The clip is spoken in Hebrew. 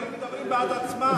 אבל המספרים מדברים בעד עצמם.